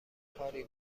کاری